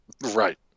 Right